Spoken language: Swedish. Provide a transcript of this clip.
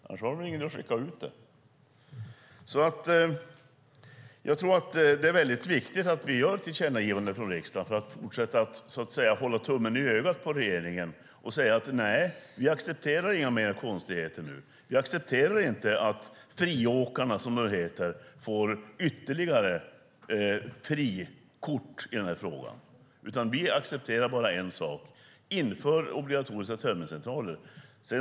Annars är det ingen idé att skicka ut det på remiss. Det är väldigt viktigt att vi gör ett tillkännagivande från riksdagen för att fortsätta att så att säga hålla tummen i ögat på regeringen och säga: Vi accepterar inte några mer konstigheter nu. Vi accepterar inte att friåkarna, som de heter, får ytterligare frikort i frågan. Vi accepterar bara en sak: Inför obligatoriska tömningscentraler.